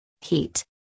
Heat